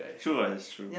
true what it's true